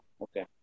okay